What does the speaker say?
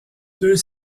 deux